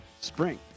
spring